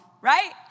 right